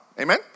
Amen